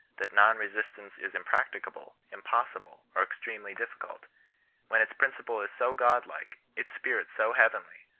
that non-resistance is impracticable, impossible, or extremely difficult when its principle is so godlike, its spirit so heavenly,